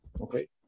Okay